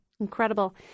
Incredible